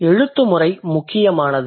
எழுத்து முறை முக்கியமானது